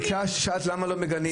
שאלת למה לא מגנים.